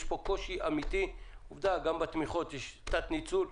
יש פה קושי אמתי וגם בתמיכות יש קצת ניצול,